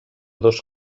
dos